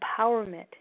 empowerment